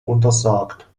untersagt